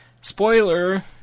spoiler